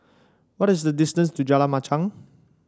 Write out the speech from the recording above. what is the distance to Jalan Machang